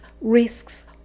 risks